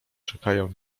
czekają